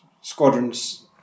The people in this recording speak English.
squadrons